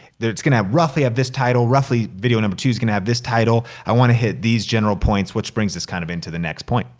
it's gonna have roughly of this title, roughly video number two is gonna have this title. i wanna hit these general points which brings us kind of into the next point.